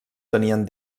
tenien